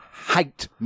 Hate